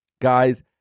guys